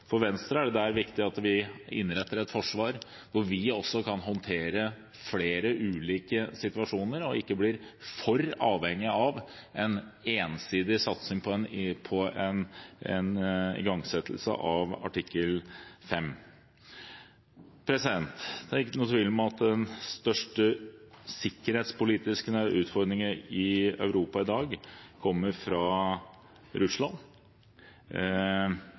For Venstre er det viktig at vi innretter et forsvar hvor vi også kan håndtere flere ulike situasjoner og ikke blir for avhengige av en ensidig satsing på å ta i bruk artikkel 5. Det er ingen tvil om at den største sikkerhetspolitiske utfordringen i Europa i dag kommer fra Russland